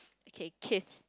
okay Keith